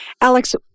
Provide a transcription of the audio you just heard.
Alex